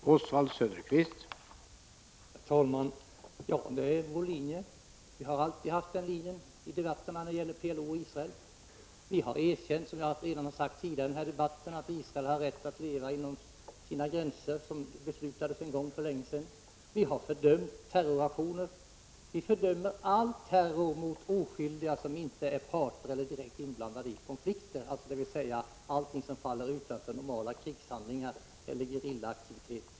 Herr talman! Ja, det är vår linje. Vi har alltid följt den linjen i debatten när det gällt PLO och Israel. Vi har erkänt, som jag sagt tidigare, att israelerna har rätt att leva inom sina gränser, som det fattades beslut om en gång för länge sedan. Vi har fördömt terroraktioner. Vi fördömer all terror mot oskyldiga, vi fördömer all terror när det gäller sådana som inte är parter eller direkt inblandade i konflikter — dvs. allting som faller utanför normala krigshandlingar eller gerillaaktivitet.